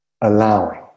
allowing